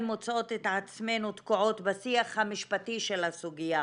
מוצאות את עצמנו תקועות בשיח המשפטי של הסוגיה